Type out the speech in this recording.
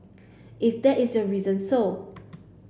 if that is your reason so